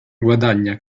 guadagna